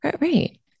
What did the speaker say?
right